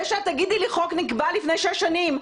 זה שאת תגידי לי חוק נקבע לפני שש שנים,